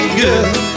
good